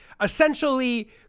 essentially